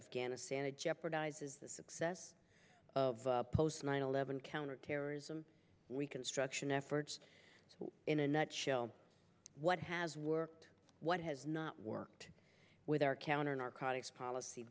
afghanistan it jeopardizes the success of post nine eleven counterterrorism we construction efforts in a nutshell what has worked what has not worked with our counter narcotics policy